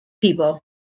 people